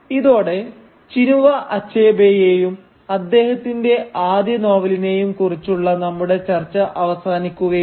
ഇതോടെ ചിനുവ അച്ഛബേയേയും അദ്ദേഹത്തിന്റെ ആദ്യ നോവലിനെയും കുറിച്ചുള്ള നമ്മുടെ ചർച്ച അവസാനിക്കുകയാണ്